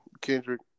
Kendrick